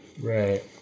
right